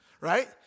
right